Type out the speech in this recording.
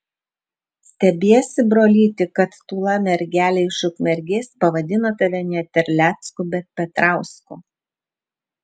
stebiesi brolyti kad tūla mergelė iš ukmergės pavadino tave ne terlecku bet petrausku